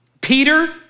Peter